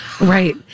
Right